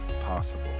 possible